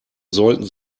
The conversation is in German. sollten